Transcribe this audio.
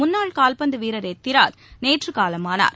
முன்னாள் கால்பந்துவீரர் எத்திராஜ் நேற்றுகாலமானார்